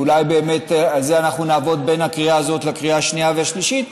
ואולי באמת על זה אנחנו נעבוד בין הקריאה הזאת לקריאה השנייה והשלישית,